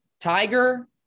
Tiger